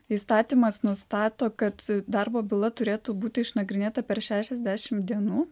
įstatymas nustato kad darbo byla turėtų būti išnagrinėta per šešiasdešim dienų